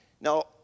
Now